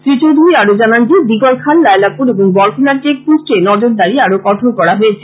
শ্রী চৌধুরী আরো জানান যে দিগরখাল লায়লাপুর এবং বড়খলার চেকপোস্টে নজরদারি আরো কঠোর করা হয়েছে